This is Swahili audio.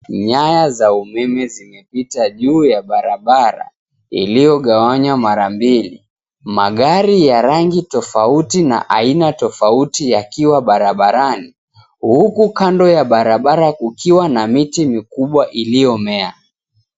Nyaya za umeme zimepita juu ya barabara, iliyogawanywa mara mbili. Magari ya rangi tofauti na aina tofauti yakiwa barabarani, huku kando ya barabara kukiwa na miti mikubwa iliyomea.